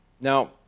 Now